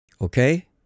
Okay